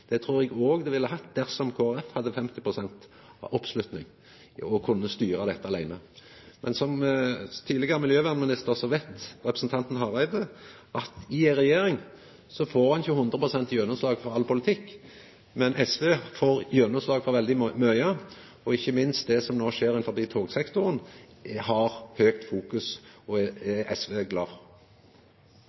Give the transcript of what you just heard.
Det trur eg òg ho ville hatt dersom Kristeleg Folkeparti hadde 50 pst. oppslutning og kunne styra dette aleine. Som tidlegare miljøvernminister veit representanten Hareide at i ei regjering får ein ikkje 100 pst. gjennomslag for all politikk, men SV får gjennomslag for veldig mykje, og ikkje minst har det som no skjer rundt togsektoren, høgt fokus. Det er SV